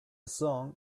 song